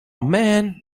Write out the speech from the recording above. man